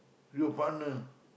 your partner